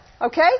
Okay